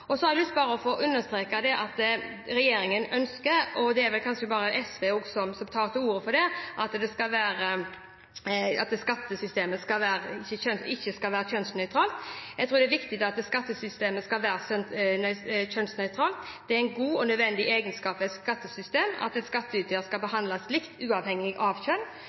Så har jeg bare lyst til å understreke at regjeringen ønsker – og det er vel kanskje bare SV som tar til orde for at skattesystemet ikke skal være kjønnsnøytralt. Jeg tror det er viktig at skattesystemet skal være kjønnsnøytralt. Det er en god og nødvendig egenskap ved et skattesystem at skattytere skal behandles likt, uavhengig av kjønn.